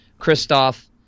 Kristoff